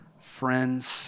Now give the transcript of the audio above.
friends